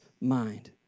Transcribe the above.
mind